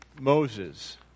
Moses